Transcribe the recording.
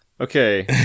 Okay